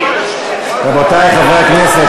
רבותי חברי הכנסת,